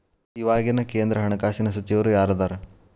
ಇವಾಗಿನ ಕೇಂದ್ರ ಹಣಕಾಸಿನ ಸಚಿವರು ಯಾರದರ